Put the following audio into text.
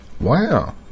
Wow